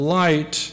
light